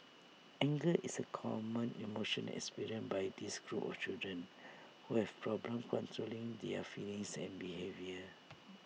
anger is A common emotion experienced by this group of children who have problems controlling their feelings and behaviour